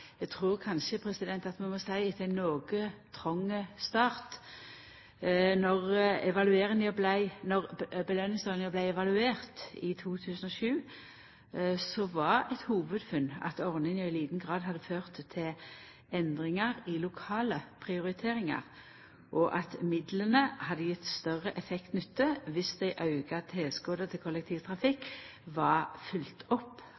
eg trur kanskje at vi må seie etter ein noko trong start. Då belønningsordninga vart evaluert i 2007, var eit hovudfunn at ordninga i liten grad hadde ført til endringar i lokale prioriteringar, og at midlane hadde gjeve større nytteeffekt dersom det auka tilskotet til kollektivtrafikk var følgt opp